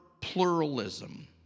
pluralism